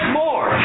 more